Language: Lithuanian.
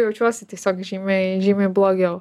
jaučiuosi tiesiog žymiai žymiai blogiau